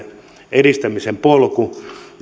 edistämisen polku ja